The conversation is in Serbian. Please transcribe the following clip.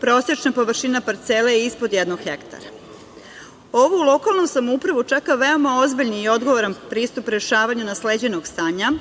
Prosečna površina parcele je ispod jednog hektara. Ovu lokalnu samoupravu čeka veoma ozbiljan i odgovoran pristup rešavanja nasleđenog stanja,